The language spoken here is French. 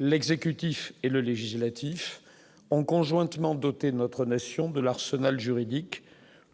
l'exécutif et le législatif ont conjointement doter notre nation de l'arsenal juridique